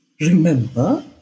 remember